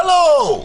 הלו.